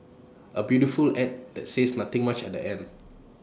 A beautiful Ad that says nothing much at the end